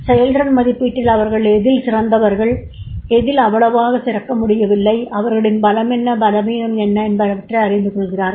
செயல்திறன் மதிப்பீட்டில் அவர்கள் எதில் சிறந்தவர்கள் எதில் அவ்வளவாகச் சிறக்க முடியவில்லை அவர்களின் பலம் என்ன பலவீனம் என்ன என்பனவற்றை அறிந்து கொள்கிறார்கள்